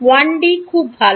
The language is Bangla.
1D খুব ভালো